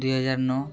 ଦୁଇହଜାର ନଅ